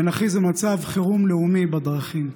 ונכריז על מצב חירום לאומי בדרכים?